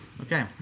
okay